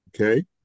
Okay